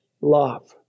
love